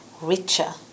richer